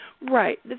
Right